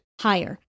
higher